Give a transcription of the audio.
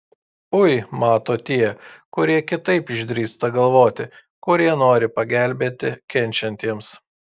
ui mato tie kurie kitaip išdrįsta galvoti kurie nori pagelbėti kenčiantiems